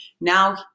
now